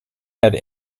had